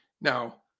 Now